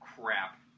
crap